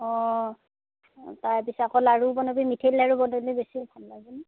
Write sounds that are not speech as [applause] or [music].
অ' তাৰপিছত আকৌ লাৰু বনাবি নেকি তিল লাৰু বনালে বেছি [unintelligible]